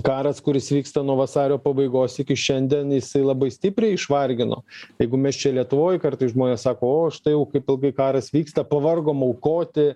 karas kuris vyksta nuo vasario pabaigos iki šiandien jisai labai stipriai išvargino jeigu mes čia lietuvoj kartais žmonės sako o štai jau kaip ilgai karas vyksta pavargom aukoti